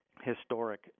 historic